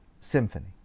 symphony